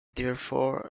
therefore